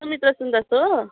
सुमित्र सुन्दास हो